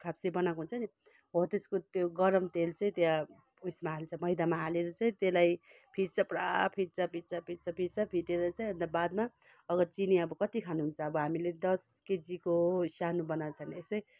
खाप्से बनाएको हुन्छ नि हो त्यसको त्यो गरम तेल चाहिँ त्यहाँ उयसमा हाल्छ मैदामा हालेर चाहिँ त्यसलाई फिट्छ पुरा फिट्छ फिट्छ फिट्छ फिट्छ फिटेर चाहिँ अन्त बादमा अगर चिनी अब कति खानु हुन्छ अब हामीले दस केजीको सानो बनाउँछ भने यसै